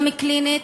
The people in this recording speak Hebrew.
גם קלינית,